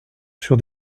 sur